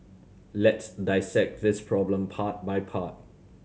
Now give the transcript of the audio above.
let's dissect this problem part by part